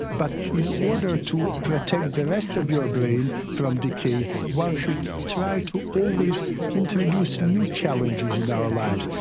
but in order to protect the rest of your brain from decay one should try to always introduce new challenges in our lives.